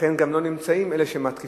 לכן גם לא נמצאים אלה שמתקיפים,